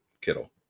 Kittle